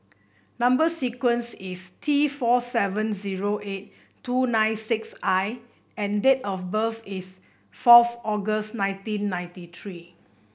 number sequence is T four seven zero eight two nine six I and date of birth is fourth August nineteen ninety three